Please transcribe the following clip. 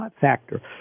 factor